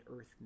earth